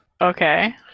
Okay